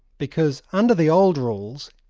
because under the old rules,